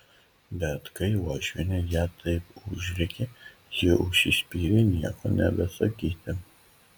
bet kai uošvienė ją taip užrėkė ji užsispyrė nieko nebesakyti